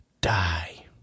Die